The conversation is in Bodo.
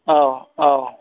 औ औ